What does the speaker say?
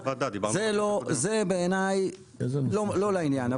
זה בעיני, לא לעניין.